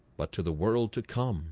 but to the world to come